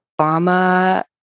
Obama